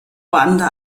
ruanda